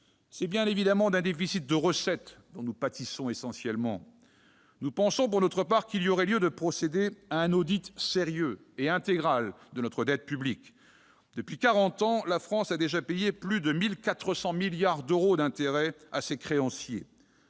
C'est bien évidemment d'un déficit de recettes que nous pâtissons essentiellement. Pour notre part, nous pensons qu'il y aurait lieu de procéder à un audit sérieux et intégral de notre dette publique. En quarante ans, la France a déjà payé plus de 1 400 milliards d'euros d'intérêts à ses créanciers.